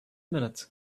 minutes